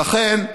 לכן,